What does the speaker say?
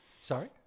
Sorry